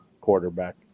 quarterback